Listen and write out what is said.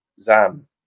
Zam